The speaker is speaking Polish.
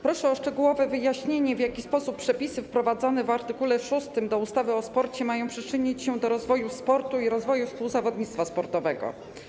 Proszę o szczegółowe wyjaśnienie, w jaki sposób przepisy wprowadzane w art. 6 do ustawy o sporcie mają przyczynić się do rozwoju sportu i współzawodnictwa sportowego.